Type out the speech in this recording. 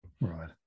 Right